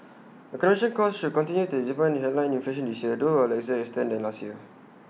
accommodation costs should continue to dampen headline inflation this year though to A lesser extent than last year